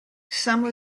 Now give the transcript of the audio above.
some